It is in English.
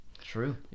True